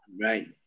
Right